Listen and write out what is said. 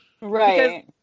Right